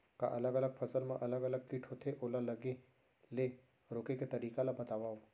का अलग अलग फसल मा अलग अलग किट होथे, ओला लगे ले रोके के तरीका ला बतावव?